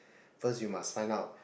first you must sign up